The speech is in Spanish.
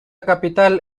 capital